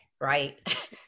right